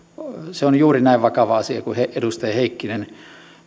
se on juuri näin vakava asia kuin edustaja heikkinen